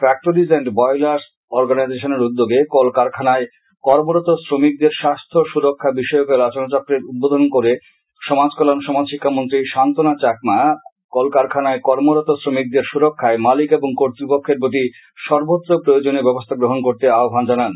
factories and boilers অর্গানাইজেশনের উদ্যোগে কল কারখানায় কর্মরত শ্রমিকদের আলোচনাচক্রের উদ্বোধন করে সমাজ কল্যাণ ও সমাজ শিক্ষা মন্ত্রী স্বান্তনা চাকমা কলকারখানায় কর্মরত শ্রমিকদের সুরক্ষায় মালিক এবং কর্তৃপক্ষের প্রতি সর্বত্র প্রয়োজনীয় ব্যবস্থা গ্রহণ করতে আহ্বান জানান